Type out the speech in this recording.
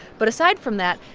but aside from that,